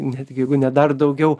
net jeigu ne dar daugiau